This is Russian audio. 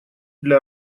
для